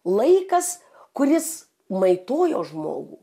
laikas kuris maitojo žmogų